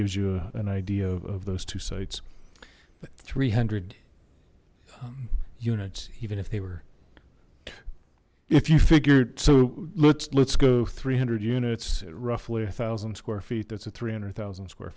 gives you an idea of those two sites three hundred units even if they were if you figured so let's let's go three hundred units at roughly a thousand square feet that's a three hundred thousand square